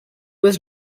was